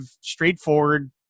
straightforward